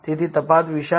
તેથી તફાવત વિશાળ નથી